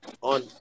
on